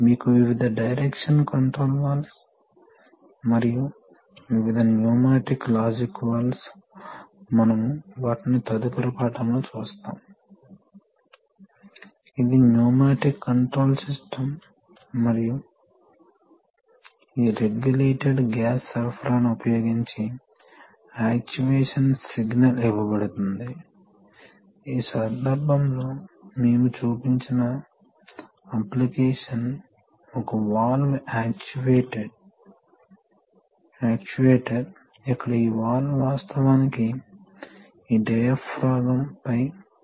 మరియు ఇక్కడ ప్రెషర్ ని నియంత్రించాలి అంటే ప్రవాహానికి లోడ్ ప్రవహిస్తుంది అదే విధంగా ఉంటుంది కాబట్టి ఇది ఫ్లో కంట్రోల్ వాల్వ్ ల యొక్క సూత్రం ఇప్పుడు మనం చూస్తాము మనం చాలా వాల్వ్ లను అధ్యయనం చేసాము కాబట్టి మేము మొదట పంపులు మరియు మోటార్లు అధ్యయనం చేసాము ఇవి ద్రవాన్ని పంపిణి చేస్తాయి మరియు చివరికి ద్రవ మోటారును రోటరీ యాక్చుయేటర్ గా ఉపయోగిస్తాయి అప్పుడు ద్రవం ఎలా ఉంటుందో చూశాము దాని దిశలను మార్చవచ్చు మరియు దాని మార్గంలో ప్రవాహం మరియు ప్రెషర్ ని ఎలా నియంత్రించవచ్చు కాబట్టి ఇప్పుడు చివరికి ఆ ద్రవం యాక్యుయేటర్కు వెళ్తుంది కాబట్టి యాక్చుయేటర్లలో ఒకటి మీరు ఇప్పటికే అధ్యయనం చేసిన రోటరీ యాక్చుయేటర్ మోటర్ కావచ్చు ఇప్పుడు మనం సిలిండర్ అయిన లీనియర్ యాక్చుయేటర్ ను చూడబోతున్నాం